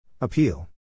Appeal